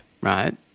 right